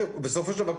בסופו של דבר,